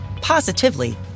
positively